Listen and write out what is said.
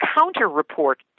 counter-report